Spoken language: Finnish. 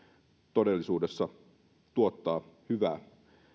todellisuudessa tuottaa hyvää